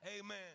Amen